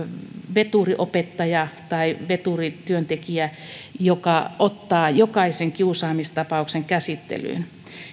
veturiopettaja tai veturityöntekijä joka ottaa jokaisen kiusaamistapauksen käsittelyyn